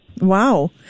Wow